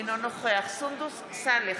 אינו נוכח סונדוס סאלח,